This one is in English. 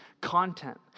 content